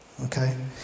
Okay